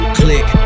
click